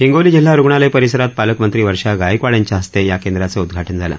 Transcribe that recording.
हिंगोली जिल्हा रुग्णालय परिसरात पालकमंत्री वर्षा गायकवाड यांच्या हस्ते या केंद्राचं उद्वाटन झालं